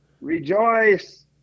Rejoice